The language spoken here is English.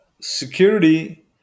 Security